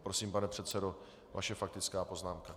Prosím, pane předsedo, vaše faktická poznámka.